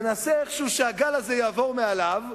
מנסה איכשהו שהגל הזה יעבור מעליו,